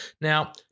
Now